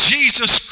Jesus